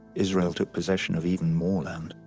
israel took possession of even more land.